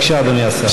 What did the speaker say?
בבקשה, אדוני השר.